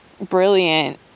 brilliant